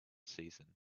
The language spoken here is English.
season